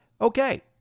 okay